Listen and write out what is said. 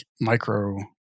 micro